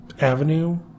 Avenue